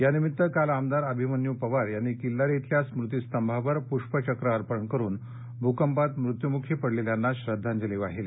यानिमित्त काल आमदार अभिमन्यू पवार यांनी किल्लारी इथल्या स्मृतीस्तंभावर पुष्पचक्र अर्पण करून भुंकपात मुत्यूमुखी पडलेल्यांना श्रध्दांजली वाहिली